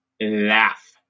laugh